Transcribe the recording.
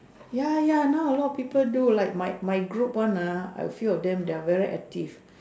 ya ya not a lot people do like my my group on the I feel them are very active